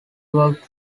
worked